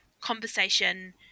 conversation